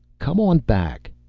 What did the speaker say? come on back!